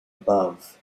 above